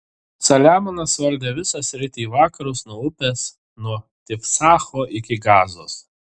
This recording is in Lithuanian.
saliamonas valdė visą sritį į vakarus nuo upės nuo tifsacho iki gazos